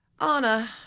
Anna